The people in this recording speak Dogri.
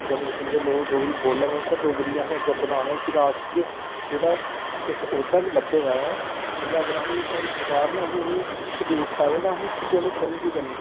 जम्मू कश्मीर दे लोक डोगरी बोलन ते डोगरी गी असें अग्गें बधाना ऐ ते इसी लास्ट च जेह्ड़ा इक औह्दा बी लब्भे दा ऐ मतलब अगर असें ई साढ़ी सरकार ने असें ई इ'नें शड्यूल च पाए दा ते असें ई इसी बोलने च शर्म कीऽ करनी